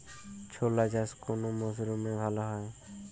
ছোলা চাষ কোন মরশুমে ভালো হয়?